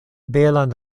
belan